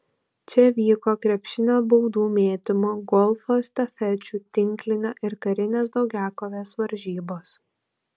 čia vyko krepšinio baudų mėtymo golfo estafečių tinklinio ir karinės daugiakovės varžybos